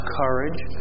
courage